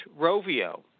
Rovio